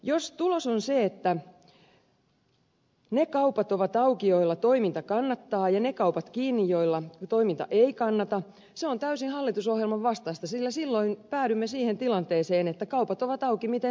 jos tulos on se että ne kaupat ovat auki joilla toiminta kannattaa ja ne kaupat kiinni joilla toiminta ei kannata se on täysin hallitusohjelman vastaista sillä silloin päädymme siihen tilanteeseen että kaupat ovat auki miten sattuu